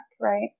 right